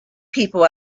people